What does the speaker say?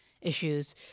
issues